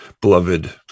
beloved